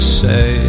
say